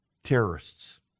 terrorists